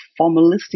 formalistic